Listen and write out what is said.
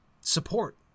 support